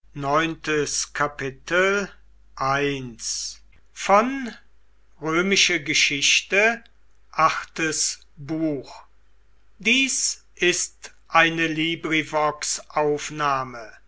sind ist eine